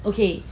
okay